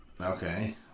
Okay